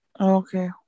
okay